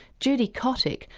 judy kottick,